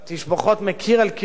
אמר כמה דברים אמיתיים.